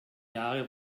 jahre